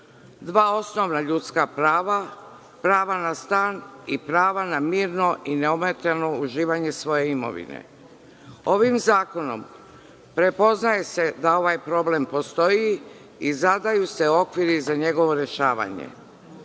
dva osnovna ljudska prava, prava na stan i prava na mirno, i neometano uživanje svoje imovine. Ovim zakonom prepoznaje se da ovaj problem postoji i zadaju se okviri za njegovo rešavanje.